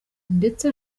ndetse